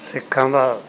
ਸਿੱਖਾਂ ਦਾ